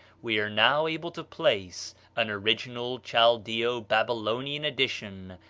we are now able to place an original chaldeo-babylonian edition,